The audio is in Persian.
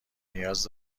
نیاز